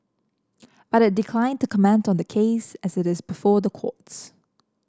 but it declined to comment on the case as it is before the courts